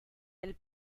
elle